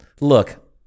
Look